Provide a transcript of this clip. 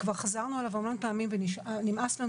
כבר חזרנו עליו המון פעמים ונמאס לנו